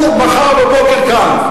הוא מחר בבוקר כאן.